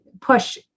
push